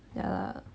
ya